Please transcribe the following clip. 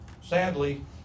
sadly